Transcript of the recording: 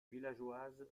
villageoise